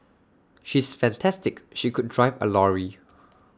she is fantastic she could drive A lorry